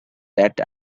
that